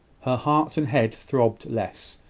heart and head throbbed less.